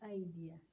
idea